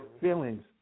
feelings